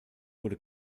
wurde